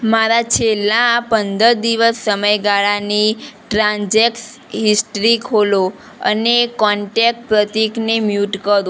મારા છેલ્લા પંદર દિવસ સમયગાળાની ટ્રાન્ઝેકસ હિસ્ટ્રી ખોલો અને કોન્ટેક્ટ પ્રતીકને મ્યુટ કરો